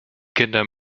kinder